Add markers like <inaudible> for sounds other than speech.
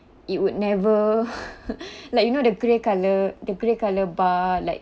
it would never <laughs> like you know the grey colour the grey colour bar like